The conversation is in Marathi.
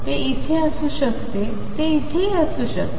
ते येथे असू शकते ते येथेही असू शकते